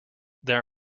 there